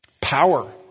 Power